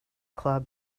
club